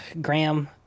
Graham